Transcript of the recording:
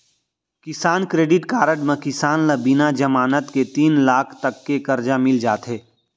किसान credit card म किसान ल बिना जमानत के तीन लाख तक के करजा मिल जाथे